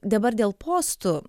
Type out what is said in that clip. dabar dėl postų